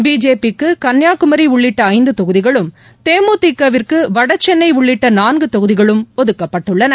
பிஜேபிக்குகன்னியாகுமரிஉள்ளிட்டஐநதுதொகுதிகுளும் தேமுதிகவிற்குவட சென்னைஉள்ளிட்டநான்குதொகுதிகளும் ஒதுக்கப்பட்டுள்ளன